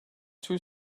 too